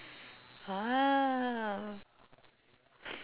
ah